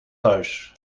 thuis